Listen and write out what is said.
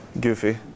goofy